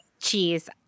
cheese